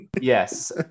Yes